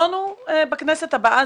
בכנסת הבאה.